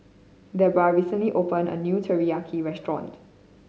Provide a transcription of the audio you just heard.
Debra recently opened a new Teriyaki Restaurant